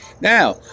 Now